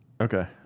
Okay